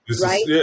Right